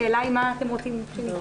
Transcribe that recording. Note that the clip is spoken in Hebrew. השאלה היא למה אתם רוצים שנתייחס.